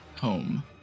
home